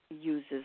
uses